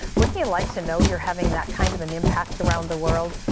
wouldn't you like to know you are having that kind of an impact around the world?